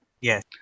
Yes